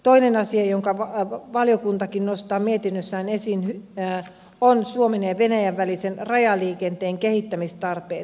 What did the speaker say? toinen asia jonka valiokuntakin nostaa mietinnössään esiin ovat suomen ja venäjän välisen rajaliikenteen kehittämistarpeet